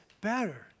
better